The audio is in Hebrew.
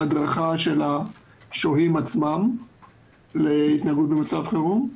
הדרכה של השוהים עצמם להתנהגות במצב חירום.